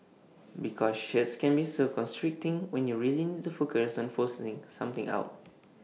because shirts can be so constricting when you really need to focus on forcing something out